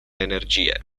energie